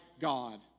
God